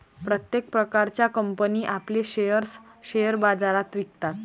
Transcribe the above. प्रत्येक प्रकारच्या कंपनी आपले शेअर्स शेअर बाजारात विकतात